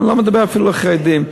אני לא מדבר אפילו על חרדים,